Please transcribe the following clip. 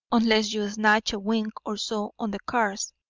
unless you snatch a wink or so on the cars.